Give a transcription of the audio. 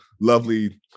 lovely